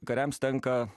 kariams tenka